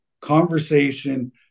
conversation